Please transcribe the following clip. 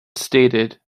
stated